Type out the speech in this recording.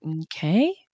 Okay